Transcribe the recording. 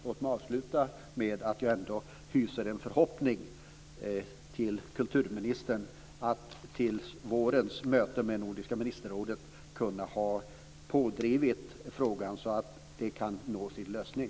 Låt mig avsluta med att jag hyser en förhoppning att kulturministern till vårens möte med Nordiska ministerrådet ska ha drivit på frågan så att den kan få en lösning.